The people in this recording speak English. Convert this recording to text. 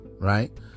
Right